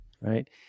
right